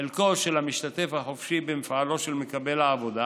"חלקו של 'המשתתף החופשי' במפעלו של מקבל העבודה